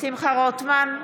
שמחה רוטמן,